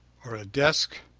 or a desk,